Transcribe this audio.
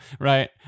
right